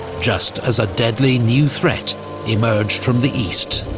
just as a deadly new threat emerged from the east.